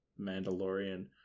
Mandalorian